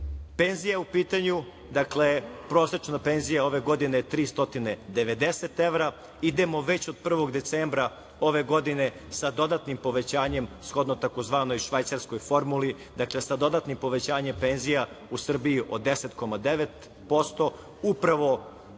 penzija u pitanju, dakle prosečna penzija ove godine je 390 evra. Idemo već od 1. decembra ove godine sa dodatnim povećanjem, shodno tzv. švajcarskoj formuli, dakle sa dodatnim povećanjem penzija u Srbiji od 10,9%. Upravo